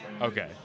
Okay